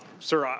sir, ah